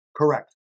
Correct